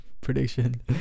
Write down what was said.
prediction